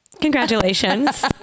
congratulations